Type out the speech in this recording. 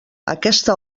aquesta